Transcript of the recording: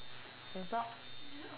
can stop